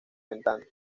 ventana